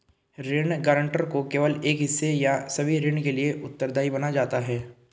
ऋण गारंटर को केवल एक हिस्से या सभी ऋण के लिए उत्तरदायी बनाया जाता है